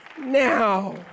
now